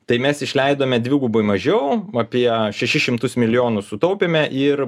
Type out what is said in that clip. tai mes išleidome dvigubai mažiau apie šešis šimtus milijonų sutaupėme ir